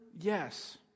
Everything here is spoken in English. Yes